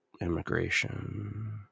immigration